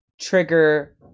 trigger